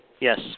Yes